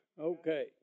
okay